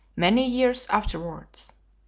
many years afterwards.